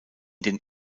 den